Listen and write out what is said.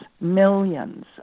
millions